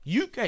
UK